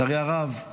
לצערי הרב,